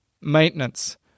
maintenance